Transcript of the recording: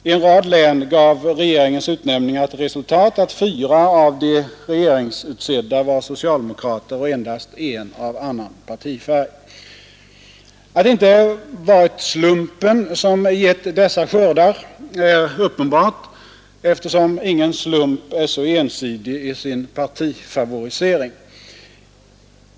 I en rad län gav regeringens utnämningar till resultat att fyra av de regeringsutsedda var socialdemokrater och endast en av annan partifärg. Att det inte varit slumpen som gett dessa skördar är uppenbart, eftersom ingen slump är så ensidig i sin partifavorisering.